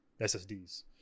SSDs